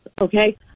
okay